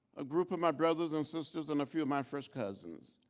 a group of my brothers and sisters, and a few of my first cousins,